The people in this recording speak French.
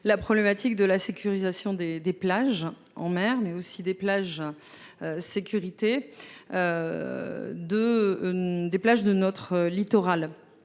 La problématique de la sécurisation des des plages en mer mais aussi des plages. Sécurité. De. Des plages de notre littoral.